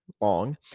long